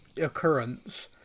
occurrence